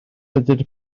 ydy